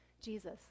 Jesus